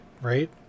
right